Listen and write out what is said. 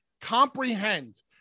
comprehend